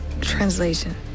Translation